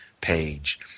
page